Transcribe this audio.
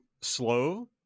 slow